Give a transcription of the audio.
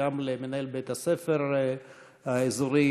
וגם למנהל בית-הספר האזורי,